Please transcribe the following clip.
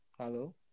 Hello